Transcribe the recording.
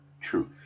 truth